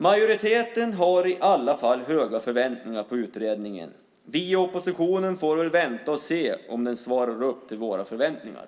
Majoriteten har höga förväntningar på utredningen. Vi i oppositionen får väl vänta och se om den svarar upp mot våra förväntningar!